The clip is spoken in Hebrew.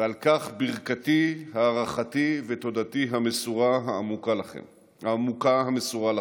ועל כך ברכתי, הערכתי ותודתי העמוקה מסורות לכם.